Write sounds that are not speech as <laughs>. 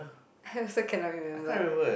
<laughs> I also cannot remember